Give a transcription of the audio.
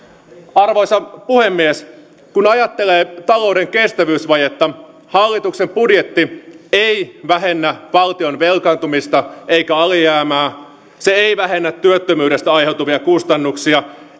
arvoisa puhemies kun ajattelee talouden kestävyysvajetta hallituksen budjetti ei vähennä valtion velkaantumista eikä alijäämää se ei vähennä työttömyydestä aiheutuvia kustannuksia